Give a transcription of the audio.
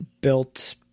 built